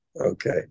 Okay